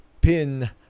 pin